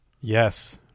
yes